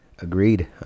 Agreed